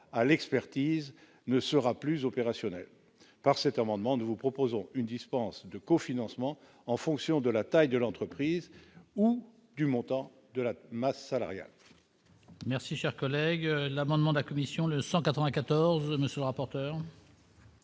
à l'expertise ne sera plus opérationnel par cet amendement, nous vous proposons une dispense de cofinancement en fonction de la taille de l'entreprise ou du montant de la masse salariale. Merci, cher collègue, l'amendement de la commission de 194 monsieur le rapporteur.